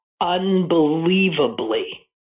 unbelievably